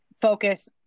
focus